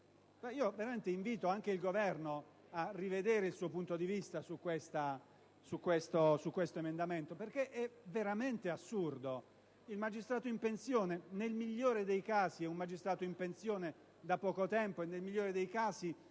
in pensione. Invito anche il Governo a rivedere il suo punto di vista su questo emendamento, perché è veramente assurdo. Il magistrato in pensione, nel migliore dei casi, è un magistrato in pensione da poco tempo e, sempre nel migliore dei casi,